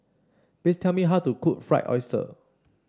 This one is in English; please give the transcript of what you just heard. please tell me how to cook Fried Oyster